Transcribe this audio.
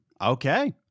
Okay